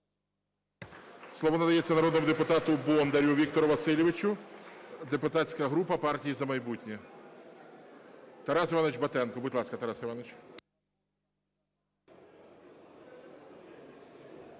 Слово надається народному депутату Бондарю Віктору Васильовичу, депутатська група "Партія "За майбутнє". Тарас Іванович Батенко. Будь ласка, Тарас Іванович.